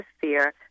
fear